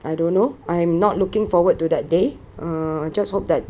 I don't know I'm not looking forward to that day err I just hope that